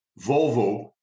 volvo